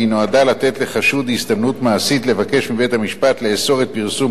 והיא נועדה לתת לחשוד הזדמנות מעשית לבקש מבית-המשפט לאסור את פרסום